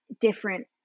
different